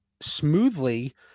smoothly